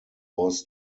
was